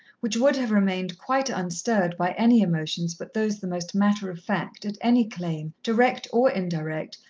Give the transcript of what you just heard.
which would have remained quite unstirred by any emotions but those the most matter-of-fact at any claim, direct or indirect,